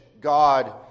God